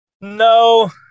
No